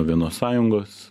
vienos sąjungos